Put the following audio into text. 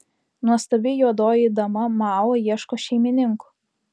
nuostabi juodoji dama mao ieško šeimininkų